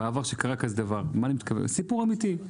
זה סיפור אמיתי.